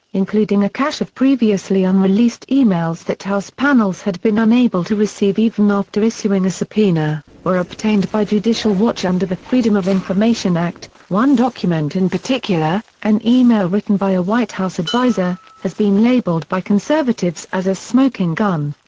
including a cache of previously unreleased emails that house panels had been unable to receive even after issuing a subpoena, were obtained by judicial watch under the freedom of information act one document in particular, an email written by a white house adviser, has been labeled by conservatives as a smoking gun.